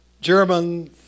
German